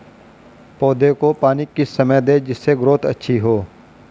पौधे को पानी किस समय दें जिससे ग्रोथ अच्छी हो?